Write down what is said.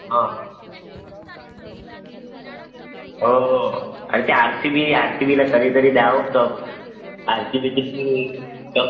हां हो हो अरे ते R C B R C बीला कधीतरी द्यावं कप आर सी बीची पुरी होईल कप